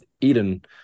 Eden